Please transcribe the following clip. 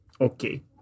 okay